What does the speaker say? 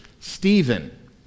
Stephen